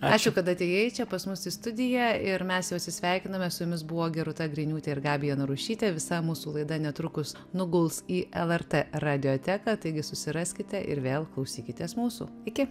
ačiū kad atėjai čia pas mus į studiją ir mes jau atsisveikiname su jumis buvo gerūta griniūtė ir gabija narušytė visa mūsų laida netrukus nuguls į lrt radioteką taigi susiraskite ir vėl klausykitės mūsų iki